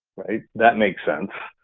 right? that makes sense.